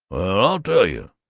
i'll tell you,